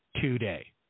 Today